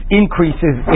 increases